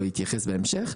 או יתייחס בהמשך,